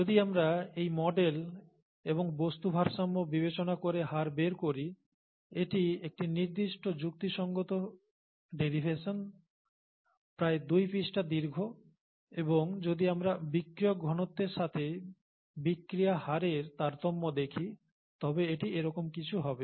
যদি আমরা এই মডেল এবং বস্তু ভারসাম্য বিবেচনা করে হার বের করি এটি একটি যুক্তিসঙ্গত ডেরিভেশন প্রায় দুই পৃষ্ঠা দীর্ঘ এবং যদি আমরা বিক্রিয়ক ঘনত্বের সাথে বিক্রিয়া হারের তারতম্য দেখি তবে এটি এরকম কিছু হবে